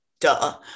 duh